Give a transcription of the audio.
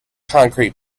concrete